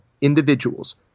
individuals